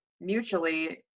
mutually